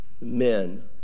men